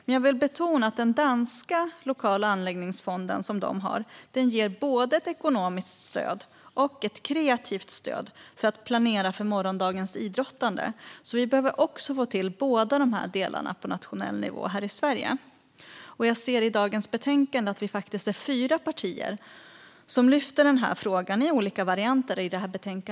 Men jag vill betona att den danska lokala anläggningsfonden ger både ett ekonomiskt stöd och ett kreativt stöd för att planera för morgondagens idrottande. Vi i Sverige behöver också få till båda dessa delar på nationell nivå. Jag ser i dagens betänkande att vi är fyra partier som lyfter upp frågan i olika varianter.